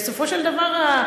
בסופו של דבר,